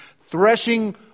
threshing